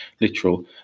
literal